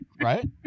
right